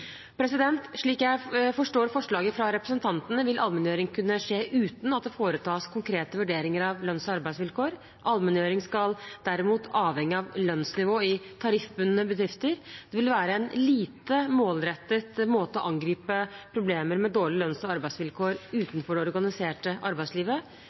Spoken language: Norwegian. Slik jeg forstår forslaget fra representantene, vil allmenngjøring kunne skje uten at det foretas konkrete vurderinger av lønns- og arbeidsvilkår. Allmenngjøring skal derimot avhenge av lønnsnivået i tariffbundne bedrifter. Det vil være en lite målrettet måte å angripe problemer med dårlige lønns- og arbeidsvilkår